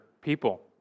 people